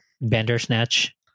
Bandersnatch